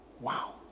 Wow